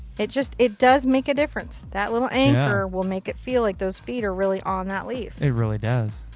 it just. it does make a difference. that little anchor will make it feel like those feet are really on that leaf. it really does.